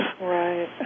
Right